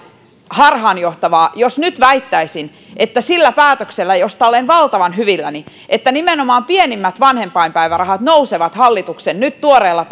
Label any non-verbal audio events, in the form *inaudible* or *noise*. harhaanjohtavaa jos nyt väittäisin että sillä päätöksellä josta olen valtavan hyvilläni että nimenomaan pienimmät vanhempainpäivärahat nousevat hallituksen tuoreella *unintelligible*